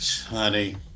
Honey